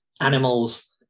animals